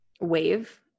wave